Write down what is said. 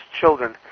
children